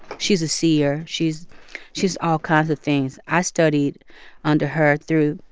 she's a seer. she's she's all kinds of things. i studied under her through